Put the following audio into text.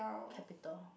capital